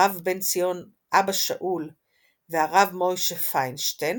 הרב בן ציון אבא שאול והרב משה פינשטיין